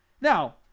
Now